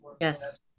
yes